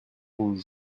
rouges